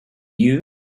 you